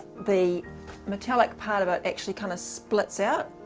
the metallic part of it actually kind of spits out,